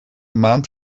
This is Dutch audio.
maand